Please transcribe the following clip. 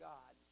God